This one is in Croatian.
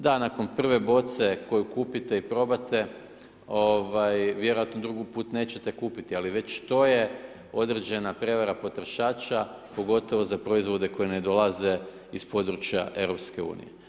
Da, nakon prve boce koju kupite i probate vjerojatno drugi put nećete kupiti ali već i to je određena prijevara potrošača pogotovo za proizvode koji ne dolaze iz područja EU.